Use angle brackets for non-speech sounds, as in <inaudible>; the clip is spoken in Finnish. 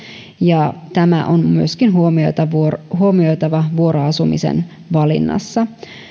ja tämä on myöskin huomioitava vuoroasumisen valinnassa <unintelligible> <unintelligible> <unintelligible> <unintelligible> <unintelligible>